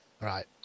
Right